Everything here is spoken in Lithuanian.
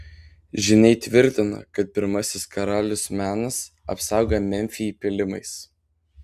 žyniai tvirtino kad pirmasis karalius menas apsaugojo memfį pylimais